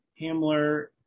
Hamler